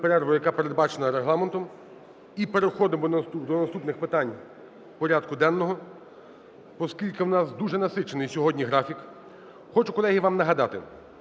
зробили перерву, яка передбачена Регламентом, і переходимо до наступних питань порядку денного, поскільки у нас дуже насичений сьогодні графік. Хочу, колеги, вам нагадати,